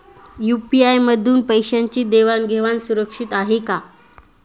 UPI मधून पैशांची देवाण घेवाण सुरक्षित आहे का?